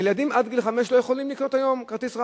לילדים עד גיל חמש לא יכולים לקנות היום כרטיס "רב-קו",